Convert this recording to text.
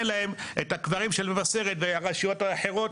להם את הקברים של מבשרת והרשויות האחרות.